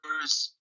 first